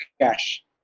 cash